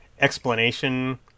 explanation